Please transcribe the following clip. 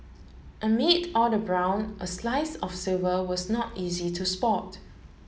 amid all the brown a slice of silver was not easy to spot